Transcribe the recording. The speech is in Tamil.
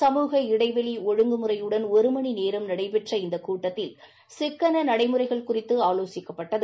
சமூக இடைவெளி ஒழுங்கு முறையுடன் ஒரு மணிநேரம் நடைபெற்ற இந்த கூட்டத்தில் சிக்கன நடைமுறைகளை குறித்து ஆலோசிக்க பட்டது